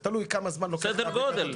סדר גודל.